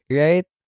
right